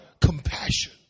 Compassion